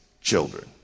children